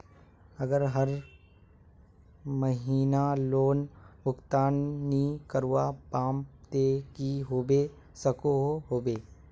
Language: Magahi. अगर हर महीना लोन भुगतान नी करवा पाम ते की होबे सकोहो होबे?